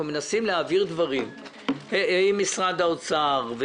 מנסים להעביר דברים עם משרד האוצר,